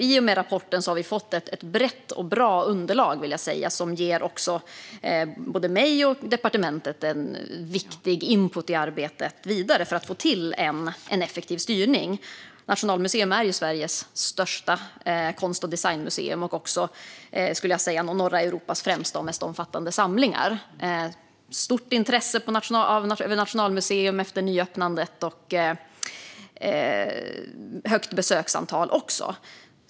I och med rapporten har vi fått ett brett och bra underlag som också ger både mig och departementet en viktig input i arbetet vidare så att vi kan få till en effektiv styrning. Nationalmuseum är Sveriges största konst och designmuseum med norra Europas främsta och mest omfattande samlingar. Det finns ett stort intresse för Nationalmuseum efter nyöppnandet, och besöksantalet är högt.